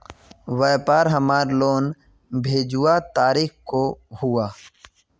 व्यापार हमार लोन भेजुआ तारीख को हुआ?